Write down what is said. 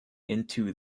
into